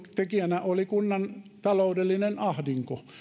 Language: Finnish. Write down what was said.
tekijänä oli kunnan taloudellinen ahdinko